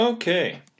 Okay